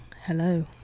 Hello